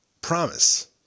Promise